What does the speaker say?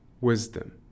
wisdom